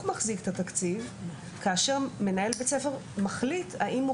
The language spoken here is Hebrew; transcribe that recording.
מחזיק את התקציב כאשר מנהל בית ספר מחליט האם הוא